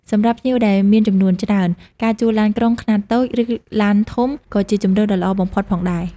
សម្រាប់ភ្ញៀវដែលមានចំនួនច្រើន ការជួលឡានក្រុងខ្នាតតូចឬឡានធំក៏ជាជម្រើសដ៏ល្អបំផុតផងដែរ។